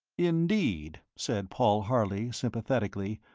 indeed, said paul harley, sympathetically,